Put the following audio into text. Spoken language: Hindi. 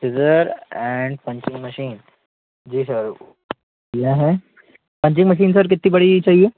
सिज़र ऐंड पंचिंग मशीन जी सर लिया है पंचिंग मशीन सर कितनी बड़ी चाहिए